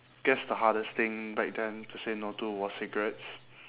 guess the hardest thing back then to say no to was cigarettes